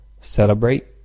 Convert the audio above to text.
celebrate